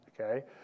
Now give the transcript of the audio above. okay